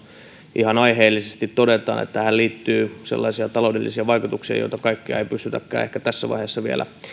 ihan aiheellisesti todetaan että tähän liittyy sellaisia taloudellisia vaikutuksia joita kaikkia ei ehkä pystytäkään tässä vaiheessa vielä